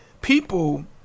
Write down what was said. people